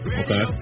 okay